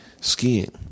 skiing